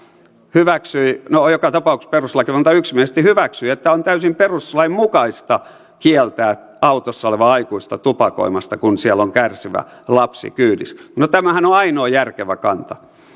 hyväksyi no joka tapauksessa perustuslakivaliokunta yksimielisesti hyväksyi että on täysin perustuslain mukaista kieltää autossa olevaa aikuista tupakoimasta kun siellä on kärsivä lapsi kyydissä no tämähän on ainoa järkevä kanta